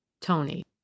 tony